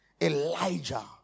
Elijah